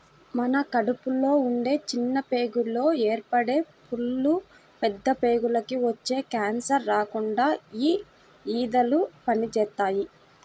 మన కడుపులో ఉండే చిన్న ప్రేగుల్లో ఏర్పడే పుళ్ళు, పెద్ద ప్రేగులకి వచ్చే కాన్సర్లు రాకుండా యీ ఊదలు పనిజేత్తాయి